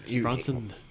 Bronson